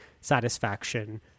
satisfaction